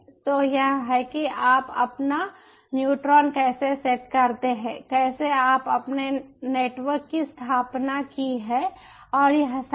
तो यह है कि आप अपना न्यूट्रॉन कैसे सेट करते हैं कैसे आप अपने नेटवर्क की स्थापना की है और यह सब है